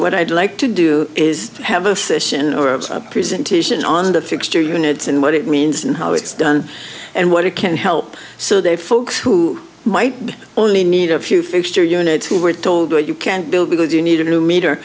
what i'd like to do is have a physician or a presentation on the fixture units and what it means and how it's done and what it can help so they folks who might only need a few fixture units who were told that you can't build because you need a new meter